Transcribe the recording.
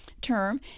term